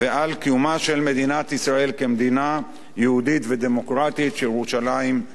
מדינת ישראל כמדינה יהודית ודמוקרטית שירושלים בירתה.